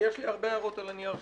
יש לי הרבה הערות על הנייר שלהם.